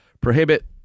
prohibit